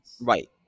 right